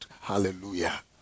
Hallelujah